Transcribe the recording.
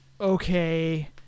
okay